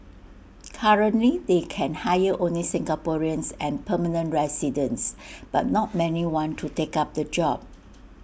currently they can hire only Singaporeans and permanent residents but not many want to take up the job